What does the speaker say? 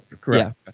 correct